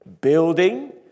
Building